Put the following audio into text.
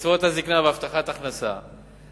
לקצבאות הזיקנה והבטחת ההכנסה,